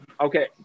okay